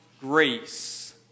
grace